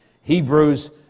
Hebrews